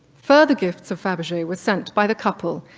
further gifts of faberge were sent by the couple,